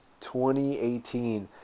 2018